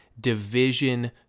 Division